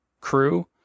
crew